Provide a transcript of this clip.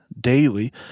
daily